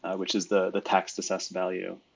which is the the tax assessed value.